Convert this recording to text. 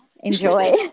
Enjoy